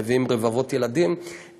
מביאים רבבות ילדים,